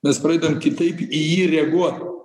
mes pradedam kitaip į jį reaguot